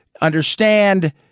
Understand